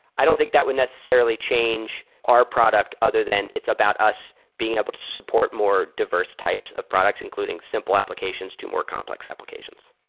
i don't think that would necessarily change our product other than it's about us being able to to support more diverse types of products, including simple applications to more complex applications.